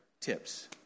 tips